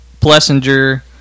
Plessinger